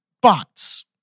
bots